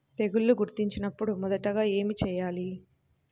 తెగుళ్లు గుర్తించినపుడు మొదటిగా ఏమి చేయాలి?